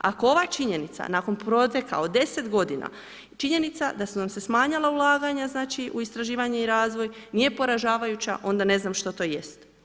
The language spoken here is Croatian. Ako ova činjenica nakon proteka od 10 godina, činjenica da su nam se smanjila ulaganja u istraživanje i razvoj nije poražavajuća, onda ne znam što to jest.